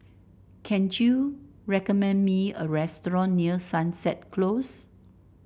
can you recommend me a restaurant near Sunset Close